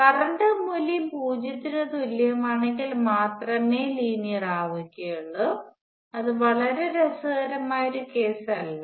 current മൂല്യം 0 ന് തുല്യമാണെങ്കിൽ മാത്രമേ ലീനിയർ ആവുകയുള്ളൂ അത് വളരെ രസകരമായ ഒരു കേസല്ല